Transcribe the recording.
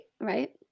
right